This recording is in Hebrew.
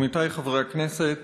עמיתי חברי הכנסת,